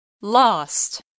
Lost